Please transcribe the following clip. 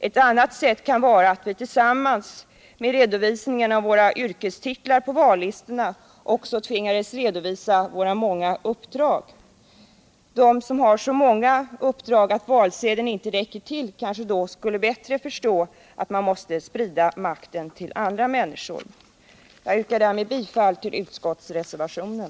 Ett annat sätt kan vara att vi tillsammans med redovisningen av våra yrkestitlar på vallistorna också tvingas redovisa våra många uppdrag. De som hade så många uppdrag att valsedeln inte räckte till kanske då bättre skulle förstå att makten måste spridas till andra människor. Jag yrkar bifall till den vid utskottets betänkande fogade reservationen.